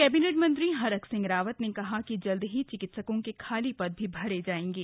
cabinet मंत्री हरक सिंह रावत ने कहा कि जल्द ही चिकित्सकों के खाली पद भी भरे जाएंगे